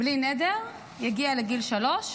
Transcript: בלי נדר, יגיע לגיל שלוש,